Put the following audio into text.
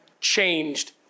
changed